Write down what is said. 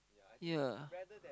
yea